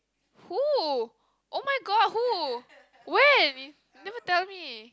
who oh-my-god who when you never tell me